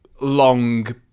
long